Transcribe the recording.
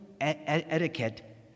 etiquette